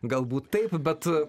galbūt taip bet